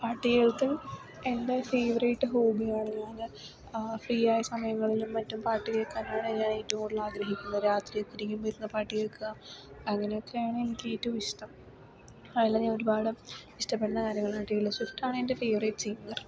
പാട്ട് കേട്ട് എൻ്റെ ഫേവറേറ്റ് ഹോബിയാണ് ഫ്രീയായ സമയങ്ങളിൽ മറ്റും പാട്ട് കേൾക്കാൻ ആണ് ഞാൻ കൂടുതൽ ആഗ്രഹിക്കുന്നത് രാത്രി ഒക്കെ ഇരുന്ന് പാട്ട് കേൾക്കുക അങ്ങനെയൊക്കെയാണ് എനിക്ക് ഏറ്റവും ഇഷ്ടം അതിൽ ഞാൻ ഒരുപാട് ഇഷ്ടപെടുന്ന ഗാനങ്ങൾ ടൈലർ സ്വിഫ്റ്റാണ് എൻ്റെ ഫേവറേറ്റ് സിങ്ങർ